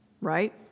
right